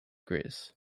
greece